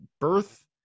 birth